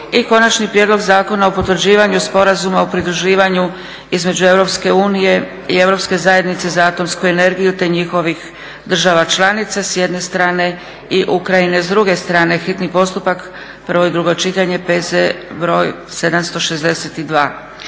Konačni prijedlog zakona o potvrđivanju Sporazuma o pridruživanju između Europske unije i Europske zajednice za atomsku energiju i njihovih država članica s jedne strane, i Ukrajine s druge strane, hitni postupak, prvo i drugo čitanje, P.Z. br. 762,